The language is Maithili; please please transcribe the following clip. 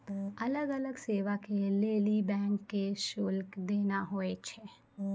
अलग अलग सेवा के लेली बैंक के शुल्क देना होय छै